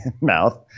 mouth